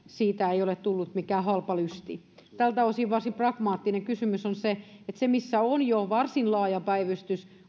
siitä ei ole tullut mikään halpa lysti tältä osin varsin pragmaattinen kysymys on olisiko kuitenkin siellä missä on jo varsin laaja päivystys